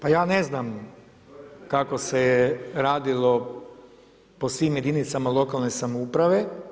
Pa ja ne znam kako se je radilo po svim jedinicama lokalne samouprave.